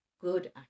good